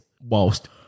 whilst